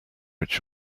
which